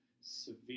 severe